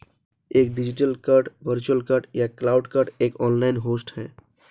एक digital card virtual card या cloud card एक ऑनलाइन होस्ट है